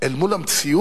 אל מול המציאות,